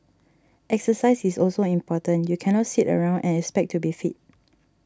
exercise is also important you can not sit around and expect to be fit